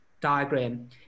diagram